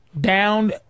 down